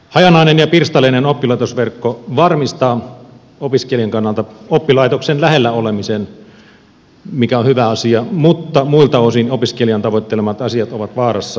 hajanainen ja pirstaleinen oppilaitosverkko varmistaa opiskelijan kannalta oppilaitoksen lähellä olemisen mikä on hyvä asia mutta muilta osin opiskelijan tavoittelemat asiat ovat vaarassa